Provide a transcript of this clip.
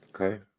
Okay